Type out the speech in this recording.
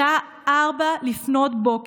בשעה 04:00,